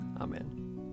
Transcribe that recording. Amen